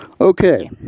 Okay